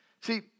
See